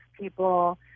people